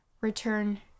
return